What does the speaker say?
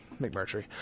McMurtry